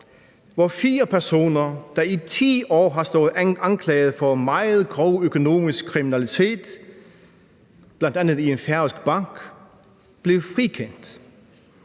hvor fire personer, der i 10 år har stået anklaget for meget grov økonomisk kriminalitet – bl.a. via en færøsk bank – blev frikendt.